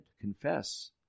confess